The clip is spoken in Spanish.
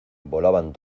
volaban